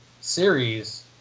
series